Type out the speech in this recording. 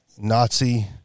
nazi